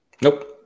Nope